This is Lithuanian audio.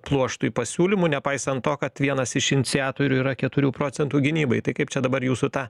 pluoštui pasiūlymų nepaisant to kad vienas iš iniciatorių yra keturių procentų gynybai tai kaip čia dabar jūsų ta